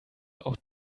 auch